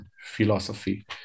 philosophy